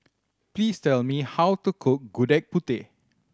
please tell me how to cook Gudeg Putih